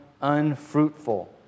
unfruitful